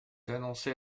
annoncez